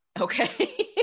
okay